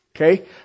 Okay